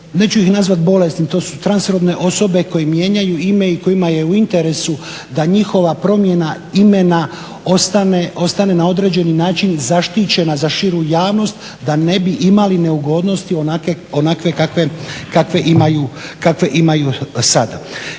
neću ih nazvati bolesnim to su transrodne osobe koje mijenjaju ime i kojima je u interesu da njihova promjena imena ostane na određeni način zaštićena za širu javnost, da ne bi imali neugodnosti onakve kakve imaju sada.